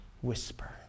whisper